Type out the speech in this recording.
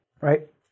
right